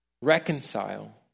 reconcile